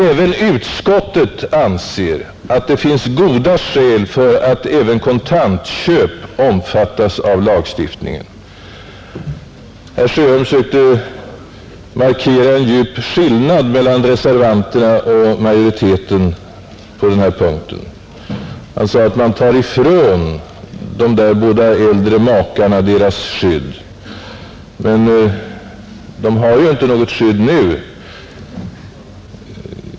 Även utskottet anser att det finns goda skäl för att också kontantköp skall omfattas av lagstiftningen. Herr Sjöholm sökte markera en djup skillnad mellan reservanterna och majoriteten på den här punkten. Han sade att man ”tar ifrån” de båda äldre makarna deras skydd. Men de har ju inte något skydd nu.